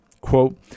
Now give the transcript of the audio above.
quote